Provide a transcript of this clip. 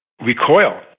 recoil